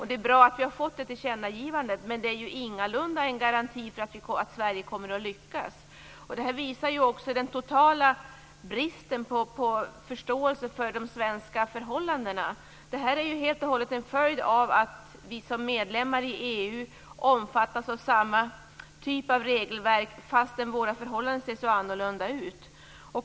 Det är bra att vi får ett tillkännagivande. Men det är ingalunda en garanti för att Sverige kommer att lyckas. Det här visar också den totala bristen på förståelse för de svenska förhållandena. Det är helt och hållet en följd av att vi som medlemmar i EU omfattas av samma typ av regelverk, fastän våra förhållanden ser så annorlunda ut.